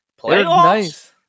Playoffs